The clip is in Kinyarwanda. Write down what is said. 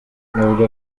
avuga